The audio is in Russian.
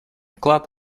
вклад